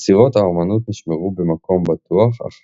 יצירות האומנות נשמרו במקום בטוח אך